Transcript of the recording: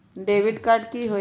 Debit card की होई?